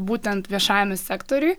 būtent viešajame sektoriuj